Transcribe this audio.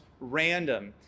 random